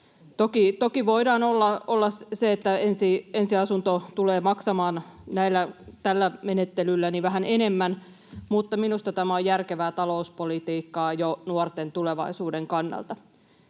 Toki voi olla, että ensiasunto tulee maksamaan tällä menettelyllä vähän enemmän, mutta minusta tämä on järkevää talouspolitiikkaa jo nuorten tulevaisuuden kannalta.